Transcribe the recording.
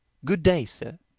good day, sir.